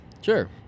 Sure